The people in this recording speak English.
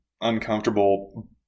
uncomfortable